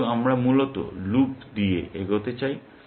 অতএব আমরা মূলত লুপ দিয়ে এগোতে চাই